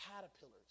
caterpillars